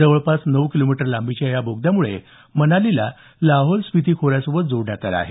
जवळपास नऊ किलोमीटर लांबीच्या या बोगद्यामुळे मनालीला लाहौल स्पीति खोऱ्यासोबत जोडण्यात आलं आहे